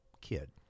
kid